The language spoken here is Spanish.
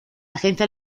agencia